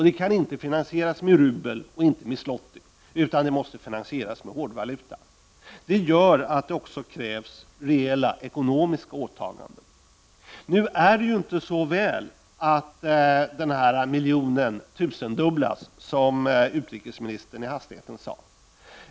Det kan inte finansieras i rubel och inte i zloty, utan måste finansieras i hårdvaluta. Detta gör att det också krävs rejäla ekonomiska åtaganden. Nu är det ju inte så väl att den där miljonen tusendubblas, som utrikesministern i hastigheten sade.